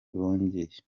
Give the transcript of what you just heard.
bongeye